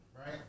right